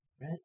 right